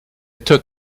took